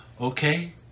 Okay